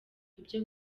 ibyo